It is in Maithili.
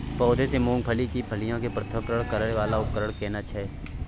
पौधों से मूंगफली की फलियां के पृथक्करण करय वाला उपकरण केना छै?